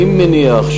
אני מניח,